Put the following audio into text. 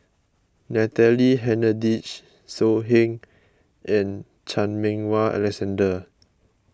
Natalie Hennedige So Heng and Chan Meng Wah Alexander